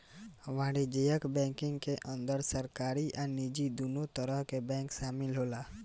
वाणिज्यक बैंकिंग के अंदर सरकारी आ निजी दुनो तरह के बैंक शामिल होला